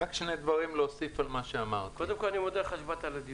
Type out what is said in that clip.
אני גם רוצה להודות לך שבאת לדיון.